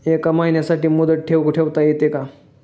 एका महिन्यासाठी मुदत ठेव ठेवता येते का?